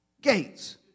Gates